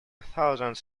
thousands